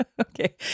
Okay